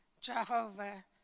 Jehovah